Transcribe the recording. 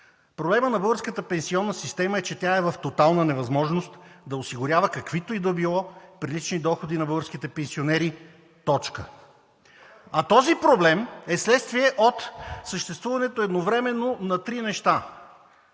Проблемът на българската пенсионна система е, че тя е в тотална невъзможност да осигурява каквито и да било прилични доходи на българските пенсионери. А този проблем е вследствие от едновременното съществуване на три неща: